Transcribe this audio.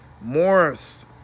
Morris